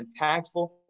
impactful